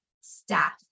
staff